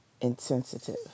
insensitive